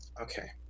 okay